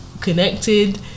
connected